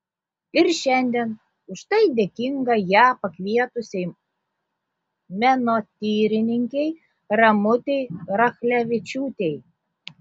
ir šiandien už tai dėkinga ją pakvietusiai menotyrininkei ramutei rachlevičiūtei